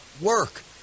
work